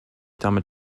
damit